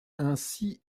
ainsi